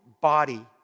body